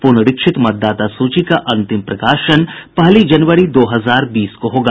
प्नरीक्षित मतदाता सूची का अंतिम प्रकाशन पहली जनवरी दो हजार बीस को होगा